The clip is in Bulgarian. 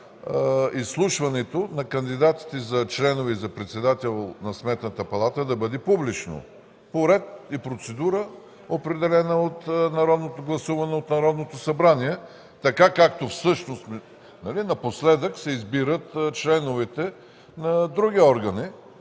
изслушването на кандидатите за членове за председател на Сметната палата да бъде публично, по ред и процедура, гласувана от Народното събрание, както всъщност напоследък се избират членовете на други органи.